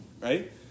right